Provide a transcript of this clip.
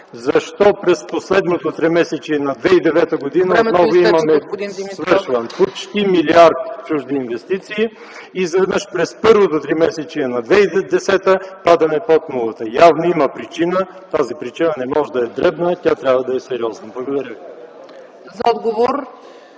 защо през последното тримесечие на 2009 г. отново имаме почти милиард чужди инвестиции и изведнъж през първото тримесечие на 2010 г. спадаме под нулата. Явно има причина. Тази причина не може да е дребна, тя трябва да е сериозна. Благодаря ви.